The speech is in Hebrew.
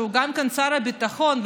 שהוא גם שר הביטחון,